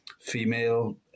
female